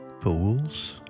pools